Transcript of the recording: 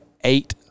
eight